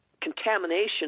contamination